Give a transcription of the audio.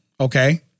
Okay